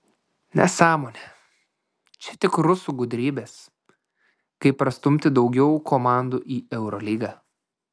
nesąmonė čia tik rusų gudrybės kaip prastumti daugiau komandų į eurolygą